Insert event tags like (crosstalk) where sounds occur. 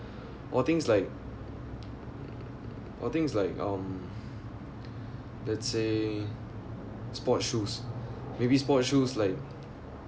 or things like (noise) or things like um let's say sport shoes maybe sport shoes like